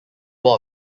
war